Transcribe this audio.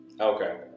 Okay